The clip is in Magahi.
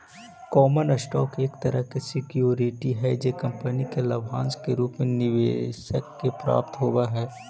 कॉमन स्टॉक एक तरह के सिक्योरिटी हई जे कंपनी के लाभांश के रूप में निवेशक के प्राप्त होवऽ हइ